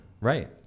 Right